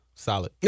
Solid